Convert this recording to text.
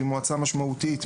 שהיא מועצה משמעותית,